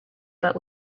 but